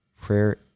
prayer